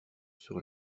sur